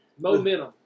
Momentum